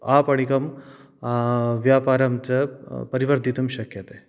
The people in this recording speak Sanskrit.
आपणिकं व्यापारं च परिवर्तितं शक्यते